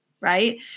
Right